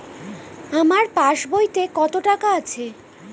আমার পাস বইতে কত টাকা আছে?